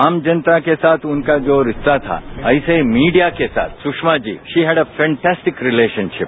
आम जनता के साथ उनका जो रिश्ता था ऐसे मीडिया के साथ Sushma ji she had a fantastic relationship